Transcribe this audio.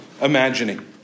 imagining